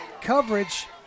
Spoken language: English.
coverage